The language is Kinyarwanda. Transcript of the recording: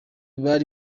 bari